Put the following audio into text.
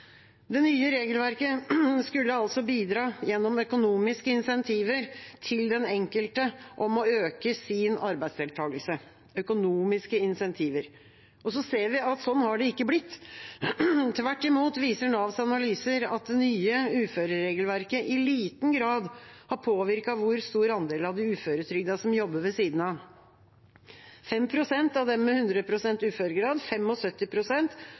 Det nye regelverket skulle altså bidra, gjennom økonomiske insentiver til den enkelte om å øke sin arbeidsdeltakelse – økonomiske insentiver. Så ser vi at slik har det ikke blitt. Tvert imot viser Navs analyser at det nye uføreregelverket i liten grad har påvirket hvor stor andel av de uføretrygdede som